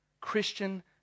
Christian